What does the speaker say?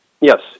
Yes